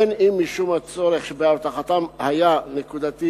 בין אם משום שהצורך באבטחתם היה נקודתי